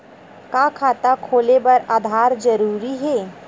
का खाता खोले बर आधार जरूरी हे?